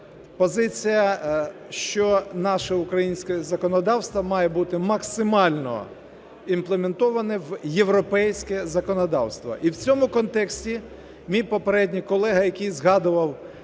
позиція, що наше українське законодавство має бути максимально імплементоване в європейське законодавство. І в цьому контексті мій попередній колега, який згадував